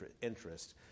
interest